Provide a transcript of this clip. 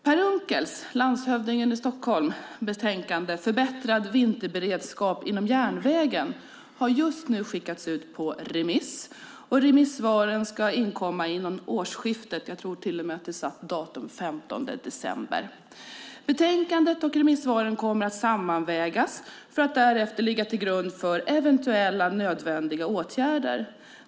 Per Unckels betänkande Förbättrad vinterberedskap inom järnvägen har skickats ut på remiss, och remissvaren ska inkomma före årsskiftet - jag tror att man har satt datumet den 15 december. Betänkandet och remissvaren kommer att sammanvägas för att därefter ligga till grund för eventuella nödvändiga åtgärder.